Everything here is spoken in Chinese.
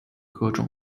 各种